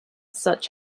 such